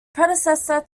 predecessor